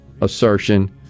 assertion